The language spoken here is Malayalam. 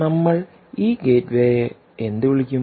നമ്മൾ ഈ ഗേറ്റ്വേയേ എന്ത് വിളിക്കും